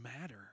matter